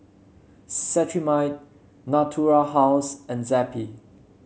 Cetrimide Natura House and Zappy